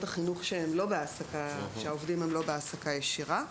החינוך שהעובדים בהם הם לא בהעסקה ישירה,